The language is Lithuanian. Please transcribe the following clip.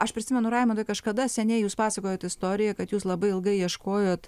aš prisimenu raimondai kažkada seniai jūs pasakojot istoriją kad jūs labai ilgai ieškojot